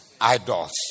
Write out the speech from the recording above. idols